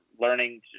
learning